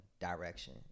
direction